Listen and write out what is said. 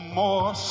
more